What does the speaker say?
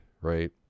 right